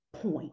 point